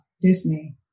Disney